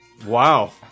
Wow